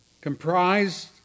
comprised